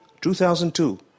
2002